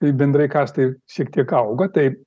bendrai kaštai šiek tiek auga tai